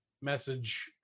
message